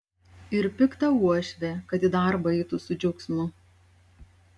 ir piktą uošvę kad į darbą eitų su džiaugsmu